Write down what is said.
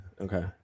Okay